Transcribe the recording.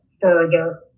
further